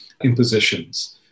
impositions